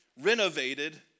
renovated